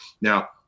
Now